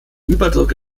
überdruck